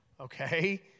Okay